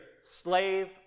slave